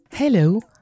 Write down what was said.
Hello